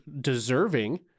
deserving